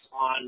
on